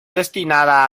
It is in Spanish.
destinada